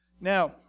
Now